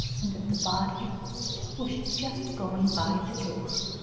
and that the body was just going by the door.